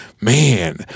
Man